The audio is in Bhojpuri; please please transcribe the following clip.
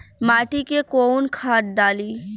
माटी में कोउन खाद डाली?